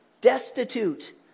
...destitute